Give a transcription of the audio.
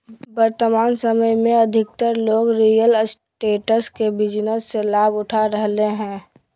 वर्तमान समय में अधिकतर लोग रियल एस्टेट के बिजनेस से लाभ उठा रहलय हइ